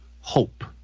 hope